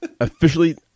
Officially